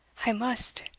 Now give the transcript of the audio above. i must,